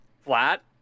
flat